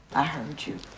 i heard you.